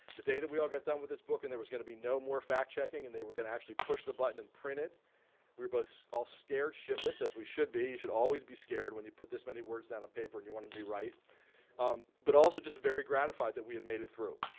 the day that we all got done with this book and there was gonna be no more fact-checking and they were gonna actually push the button and print it, we were both all scared shitless as we should be. you should always be scared when you put this many words down on paper and you want to be right but also just very gratified that we had made it through.